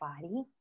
body